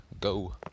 go